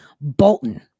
Bolton